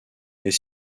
est